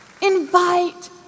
Invite